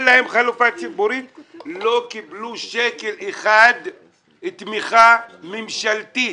הם לא קיבלו שקל אחד תמיכה ממשלתית.